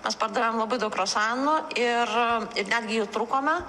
mes pardavėm labai daug kruasanų ir netgi jų trūkome